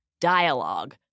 dialogue